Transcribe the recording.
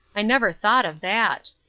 i never thought of that.